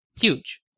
huge